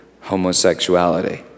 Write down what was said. homosexuality